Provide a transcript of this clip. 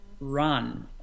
run